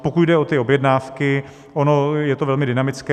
Pokud jde o ty objednávky, ono je to velmi dynamické.